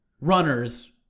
runners